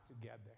together